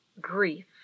Grief